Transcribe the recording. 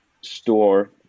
store